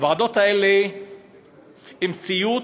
הוועדות האלה הן סיוט,